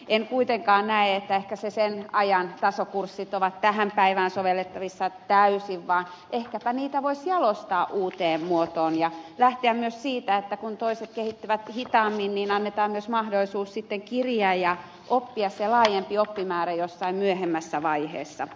en kuitenkaan näe että ne sen ajan tasokurssit ovat tähän päivään sovellettavissa täysin vaan ehkäpä niitä voisi jalostaa uuteen muotoon ja lähteä myös siitä että kun toiset kehittyvät hitaammin annetaan myös mahdollisuus sitten kiriä ja oppia se laajempi oppimäärä jossain myöhemmässä vaiheessa